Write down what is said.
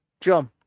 John